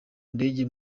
ndege